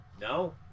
No